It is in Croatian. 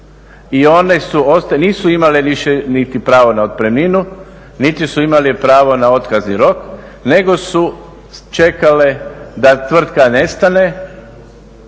i one su, nisu imale više niti pravo na otpremninu, niti su imale pravo na otkazni rok, nego su čekale da tvrtka nestane